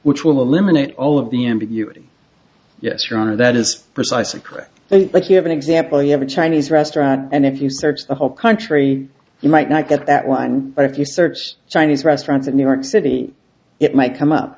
which will eliminate all of the ambiguity yes your honor that is precisely correct like you have an example you have a chinese restaurant and if you search the whole country you might not get that line but if you search chinese restaurants in new york city it might come up